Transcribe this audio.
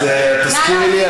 אז תזכירי לי.